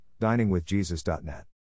diningwithjesus.net